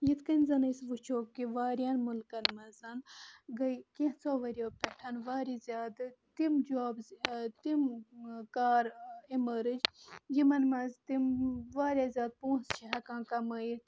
یِتھ کٔنۍ زَن أسۍ وٕچھو کہِ واریاہَن مُلکَن منٛزَن گٔے کینٛژھو ؤرۍ یو پٮ۪ٹھ واریاہ زیادٕ تِم جابٕز تِم کار اِمٔرٕج یِمن منٛز تِم واریاہ زیادٕ پونٛسہٕ چھِ ہیٚکان کَمٲیِتھ